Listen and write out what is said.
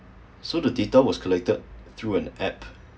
so the data was collected through an app